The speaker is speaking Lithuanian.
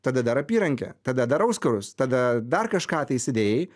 tada dar apyrankę tada dar auskarus tada dar kažką tai įsidėjai